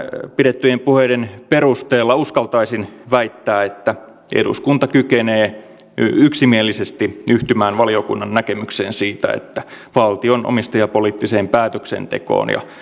pidettyjen puheiden perusteella uskaltaisin väittää että eduskunta kykenee yksimielisesti yhtymään valiokunnan näkemykseen siitä että valtion omistajapoliittiseen päätöksentekoon ja